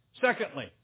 Secondly